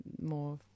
more